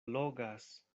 logas